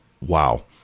wow